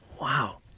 Wow